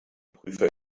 prüfer